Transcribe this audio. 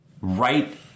right